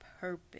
purpose